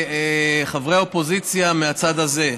חברי האופוזיציה מהצד הזה,